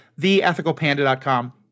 theethicalpanda.com